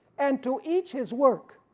and to each his work,